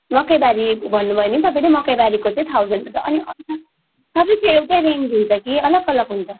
मकैबारीको भन्नुभयो नि तपाईँले मकैबारीको चाहिँ थाउजन्ड पर्छ अनि सबैको एउटै रेन्ज हुन्छ कि अलग अलग हुन्छ